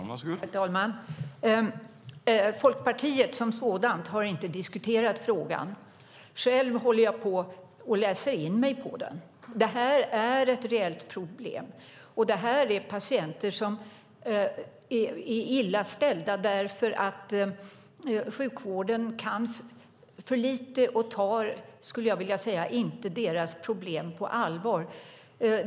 Herr talman! Folkpartiet som sådant har inte diskuterat frågan. Själv håller jag på och läser in mig på den. Det här är ett reellt problem och det här är patienter som är illa ställda därför att sjukvården kan för lite och inte tar, skulle jag vilja säga, deras problem på allvar.